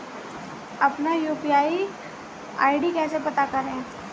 अपना UPI ID कैसे पता करें?